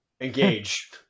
engage